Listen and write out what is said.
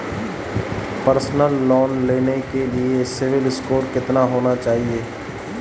Personal loan लेने के लिए सिबिल स्कोर कितना होना चाहिए?